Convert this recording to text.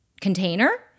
container